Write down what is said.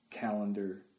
calendar